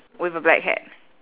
with a black hat